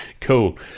Cool